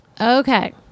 okay